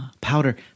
Powder